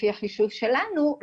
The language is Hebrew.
לפי החישוב שלנו,